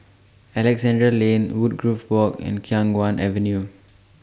Alexandra Lane Woodgrove Walk and Khiang Guan Avenue